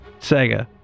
Sega